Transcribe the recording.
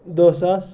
دہ ساس